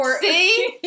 see